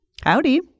Howdy